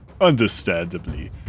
Understandably